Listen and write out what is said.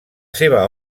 seva